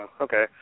Okay